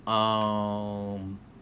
um